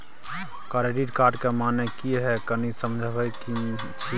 Credit card के माने की हैं, कनी समझे कि छि?